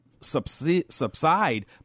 subside